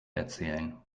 erzählen